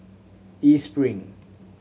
East Spring